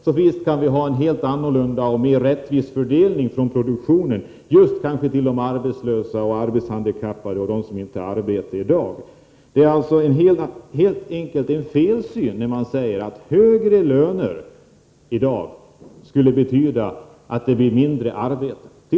Så visst kan vi ha en helt annorlunda och mer rättvis fördelning av det som produceras än vi har — kanske just till de arbetslösa och de arbetshandikappade. Det är alltså helt enkelt en felsyn när man säger att högre löner i dag skulle betyda mindre arbete.